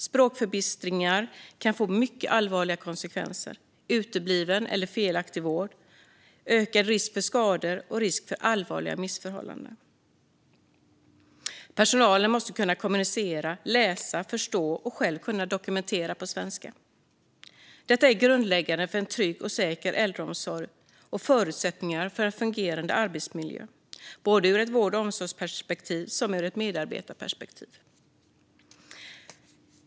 Språkförbistring kan få mycket allvarliga konsekvenser: utebliven eller felaktig vård, ökad risk för skador och risk för allvarliga missförhållanden. Personalen måste kunna kommunicera, läsa, förstå och själv dokumentera på svenska. Detta är grundläggande för en trygg och säker äldreomsorg och en förutsättning för en fungerande arbetsmiljö - både ur ett vård och omsorgsperspektiv och ur ett medarbetarperspektiv.